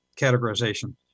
categorization